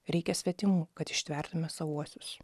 reikia svetimų kad ištvertume savuosius